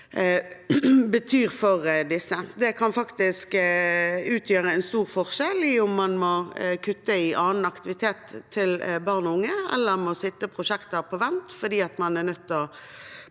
betyr for disse. Det kan faktisk utgjøre en stor forskjell i om man må kutte i annen aktivitet til barn og unge, eller må sette prosjekter på vent fordi man er nødt til